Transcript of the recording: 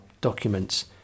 documents